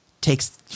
takes